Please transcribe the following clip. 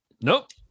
nope